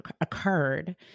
occurred